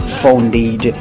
founded